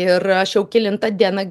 ir aš jau kelintą dieną